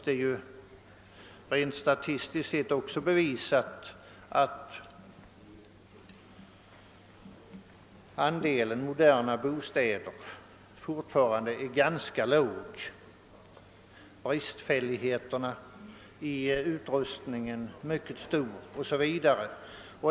Det är statistiskt bevisat att andelen moderna bostäder på de mindre orterna ute i landet fortfarande är ganska låg, att bristfälligheterna i utrustning är mycket stora etc.